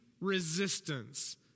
resistance